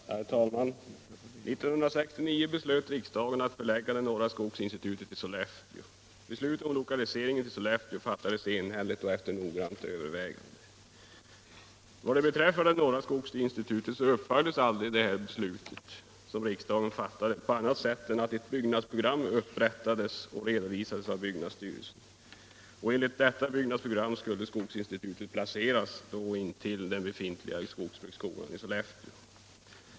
Herr talman! 1969 beslöt riksdagen att förlägga det norra skogsinstitutet till Sollefteå. Beslutet om lokalisering till Sollefteå fattades enhälligt och efter noggrant övervägande. Vad norra skogsinstitutet beträffar uppföljdes aldrig det beslut som riksdagen fattade på annat sätt än att ett byggnadsprogram upprättades och redovisades av byggnadsstyrelsen. Enligt detta byggnadsprogram skulle skogsinstitutet placeras intill den befintliga skogsbruksskolan i Sollefteå.